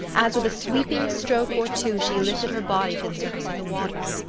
as with a sweeping stroke or two she lifted her body to the surface of the water.